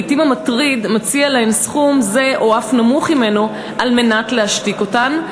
לעתים המטריד מציע להן סכום זה או אף נמוך הימנו כדי להשתיק אותן,